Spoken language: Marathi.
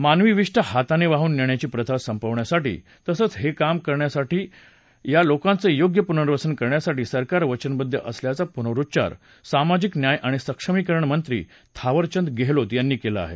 मानवीविष्ठा हाताने वाहून नेण्याची प्रथा संपवण्यासाठी तसंच हे काम करण्या या लोकांचं योग्य पुनर्वसन करण्यासाठी सरकार वचनबद्ध असल्याचा पुनरुच्चार सामाजिक न्याय आणि सक्षमीकरण मंत्री थावरचंद गहलोत यांनी केला आहे